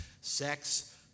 Sex